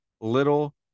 little